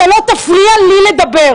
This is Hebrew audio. אתה לא תפריע לי לדבר.